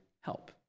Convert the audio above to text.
help